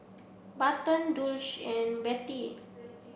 Barton Dulce and Bettie